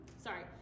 sorry